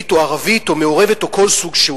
או ערבית או מעורבת או כל סוג שהוא.